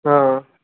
অঁ